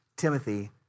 Timothy